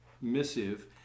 missive